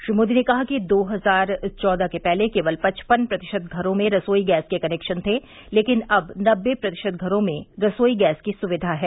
श्री मोदी ने कहा कि दो हजार चौदह के पहले केवल पचपन प्रतिशत घरों में रसोई गैस के कनेक्शन थे लेकिन अब नबे प्रतिशत घरों में रसोई गैस की सुविधा है